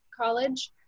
College